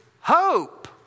hope